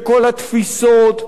לכל התפיסות,